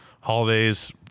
Holidays